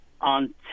on